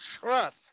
trust